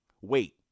wait